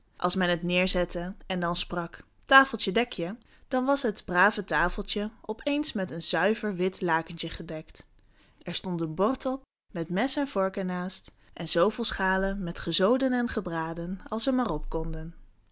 als men het neêrzette en dan sprak tafeltje dek je dan was het brave tafeltje op eens met een zuiver wit lakentje gedekt er stond een bord op met mes en vork er naast en zooveel schalen met gezoden en gebraden als er maar op konden